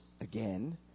again